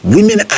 Women